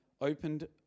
opened